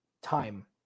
time